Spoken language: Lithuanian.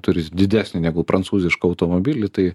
turi didesnį negu prancūzišką automobilį tai